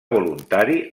voluntari